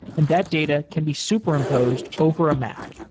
and that data can be superimposed over a map.